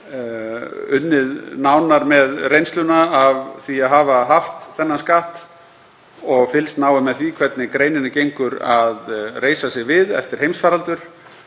unnið nánar með reynsluna af því að hafa haft þennan skatt og fylgst náið með því hvernig greininni gengur að reisa sig við eftir heimsfaraldur.